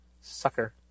Sucker